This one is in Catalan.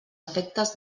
efectes